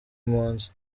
impunzi